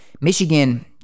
Michigan